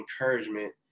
encouragement